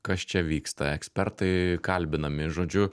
kas čia vyksta ekspertai kalbinami žodžiu